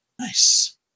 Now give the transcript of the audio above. Nice